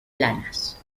planas